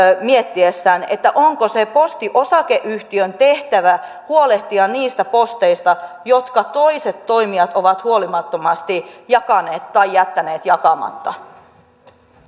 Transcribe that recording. miettiessään onko se posti osakeyhtiön tehtävä huolehtia niistä posteista jotka toiset toimijat ovat huolimattomasti jakaneet tai jättäneet jakamatta